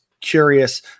curious